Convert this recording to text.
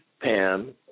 Pam